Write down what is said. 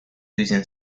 using